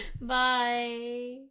bye